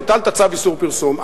הטלת צו איסור פרסום,